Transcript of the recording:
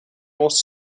was